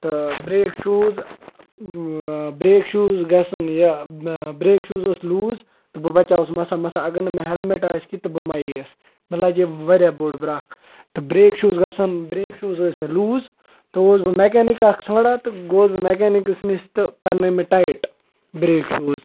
تہٕ brake shoes brake shoes گَژھان یہِ برٛیک شوٗز اوس لوٗز تہٕ بہٕ بَچاوُس مَسا مَسا اَگَر نہٕ مےٚ ہیلمِٹ آسہِ کیٚنٛہہ تہٕ بہٕ مَیوس مےٚ لٔجے واریاہ بوٚڈ بَرَکھ تہٕ برٛیک شوٗز گَژھَن برٛیک شوٗز ٲسۍ مےٚ لوٗز تہٕ اوسُس بہٕ میکنِک اَکھ ژھانڈان تہٕ گوٚوُس بہٕ میکنِکَس نِش تہٕ کَرنٲے مےٚ ٹایِٹ برٛیک شوٗز